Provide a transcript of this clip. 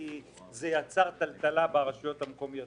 כי זה ייצור טלטלה ברשויות המקומיות.